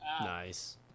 Nice